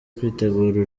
kwitegura